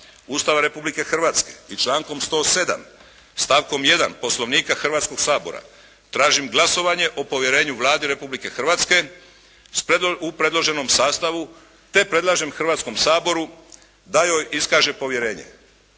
Ustava Republike Hrvatske i člankom 107. stavkom 1. Poslovnika Hrvatskoga sabora tražim glasovanje o povjerenju Vladi Republike Hrvatske u predloženom sastavu te predlažem Hrvatskom saboru da joj iskaže povjerenje.